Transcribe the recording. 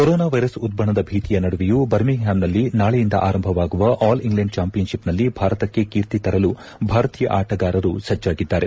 corona virus ಉಲ್ಲಣದ ಭೀತಿಯ ನಡುವೆಯೂ ಬರ್ಮಿಂಗ್ಹ್ಯಾಮ್ನಲ್ಲಿ ನಾಳೆಯಿಂದ ಆರಂಭವಾಗುವ ಆಲ್ ಇಂಗ್ಲೆಂಡ್ ಚಾಂಪಿಯನ್ ಶಿಪ್ನಲ್ಲಿ ಭಾರತಕ್ಷೆ ಕೀರ್ತಿ ತರಲು ಭಾರತೀಯ ಆಟಗಾರರು ಸಜ್ಲಾಗಿದ್ದಾರೆ